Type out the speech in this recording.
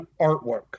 artwork